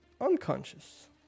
unconscious